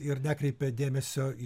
ir nekreipia dėmesio į